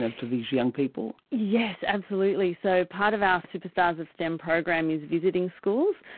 um to these young people? yes, absolutely. so part of our superstars of stem program is visiting schools.